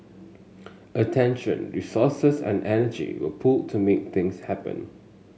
attention resources and energy were pooled to make things happen